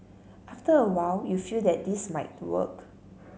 after a while you feel that this might work